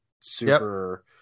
super